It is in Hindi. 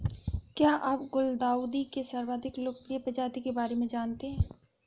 क्या आप गुलदाउदी के सर्वाधिक लोकप्रिय प्रजाति के बारे में जानते हैं?